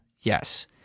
Yes